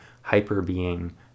hyper-being